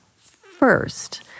first